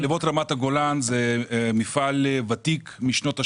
מחלבות רמת הגולן זה מפעל ותיק משנות ה-80,